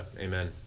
amen